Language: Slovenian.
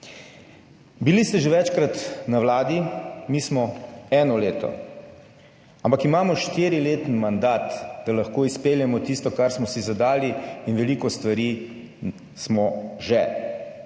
Bili ste že večkrat na Vladi, mi smo eno leto, ampak imamo štiriletni mandat, da lahko izpeljemo tisto, kar smo si zadali in veliko stvari smo že.